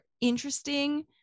interesting